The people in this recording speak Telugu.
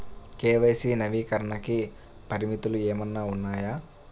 కే.వై.సి నవీకరణకి పరిమితులు ఏమన్నా ఉన్నాయా?